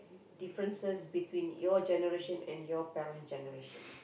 differences between your generation and you parents' generation